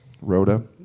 Rhoda